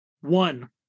One